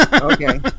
Okay